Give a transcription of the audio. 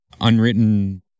unwritten